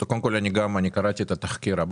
קראתי הבוקר את התחקיר.